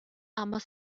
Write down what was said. ambas